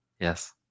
Yes